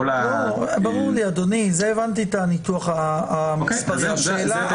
ברור לי אדוני, הבנתי את הניתוח המספרי הזה.